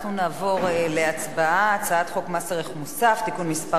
אנחנו נעבור להצבעה על הצעת חוק מס ערך מוסף (תיקון מס'